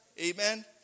Amen